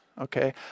Okay